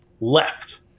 left